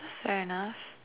fair enough